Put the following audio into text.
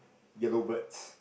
yellow birds